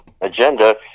agenda